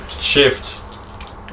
shift